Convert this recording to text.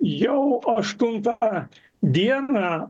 jau aštuntą dieną